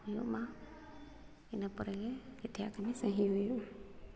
ᱦᱩᱭᱩᱜ ᱢᱟ ᱤᱱᱟᱹ ᱯᱚᱨᱮᱜᱮ ᱡᱚᱛᱚᱣᱟᱜ ᱠᱟᱹᱢᱤ ᱥᱟᱹᱦᱤ ᱦᱩᱭᱩᱜᱼᱟ